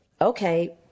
okay